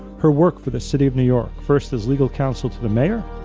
her work for the city of new york, first as legal counsel to the mayor,